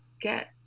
get